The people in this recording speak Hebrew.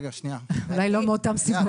אולי לא מאותן סיבות.